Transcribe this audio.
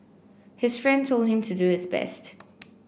his friend told him to do his best